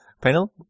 Panel